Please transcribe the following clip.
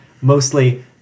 Mostly